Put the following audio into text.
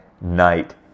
night